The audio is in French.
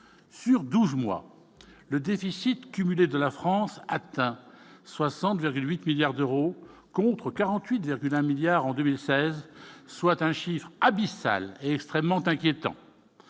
sur 12 mois, le déficit cumulé de la France atteint 60,8 milliards d'euros, contre 48,1 milliards en 2016, soit un chiffre abyssal extrêmement inquiétant